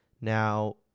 Now